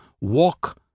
Walk